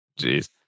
Jeez